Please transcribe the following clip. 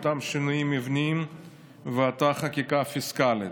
אותם שינויים מבניים ואותה חקיקה פיסקלית?